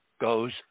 goes